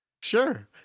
sure